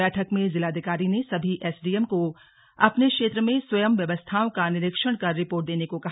बैठक में जिलाधिकारी ने सभी एसडीएम को अपने क्षेत्र में स्वयं व्यवस्थाओं का निरीक्षण कर रिपोर्ट देने को कहा